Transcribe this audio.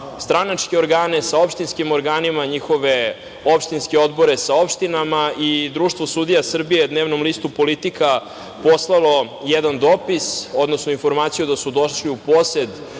stranačke organe sa opštinskim organima, njihove opštinske odbore sa opštinama i Društvo sudija Srbije je Dnevnom listu „Politika“ poslalo jedan dopis, odnosno informaciju da su došli u posed